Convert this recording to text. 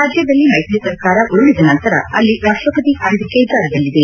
ರಾಜ್ಯದಲ್ಲಿ ಮೈತ್ರಿ ಸರ್ಕಾರ ಉರುಳದ ನಂತರ ಅಲ್ಲಿ ರಾಷ್ಟಪತಿ ಆಲ್ವಕೆ ಜಾರಿಯಲ್ಲಿದೆ